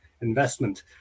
investment